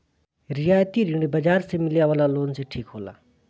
रियायती ऋण बाजार से मिले वाला लोन से ठीक होला